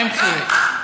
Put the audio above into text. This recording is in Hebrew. אין חיוך.